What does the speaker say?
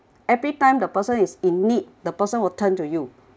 every time the person is in need the person will turn to you